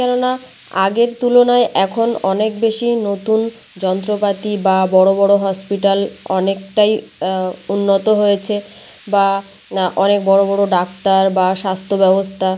কেননা আগের তুলনায় এখন অনেক বেশি নতুন যন্ত্রপাতি বা বড় বড় হসপিটাল অনেকটাই উন্নত হয়েছে বা অনেক বড় বড় ডাক্তার বা স্বাস্থ্য ব্যবস্থা